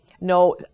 No